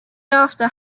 after